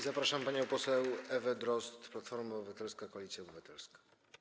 Zapraszam panią poseł Ewę Drozd, Platforma Obywatelska - Koalicja Obywatelska.